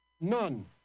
None